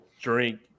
drink